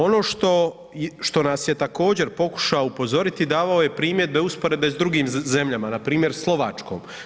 Ono što, što nas je također pokušao upozoriti davao je primjedbe usporedbe s drugim zemljama npr. Slovačkom.